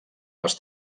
les